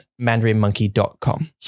mandarinmonkey.com